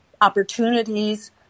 opportunities